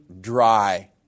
dry